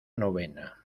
novena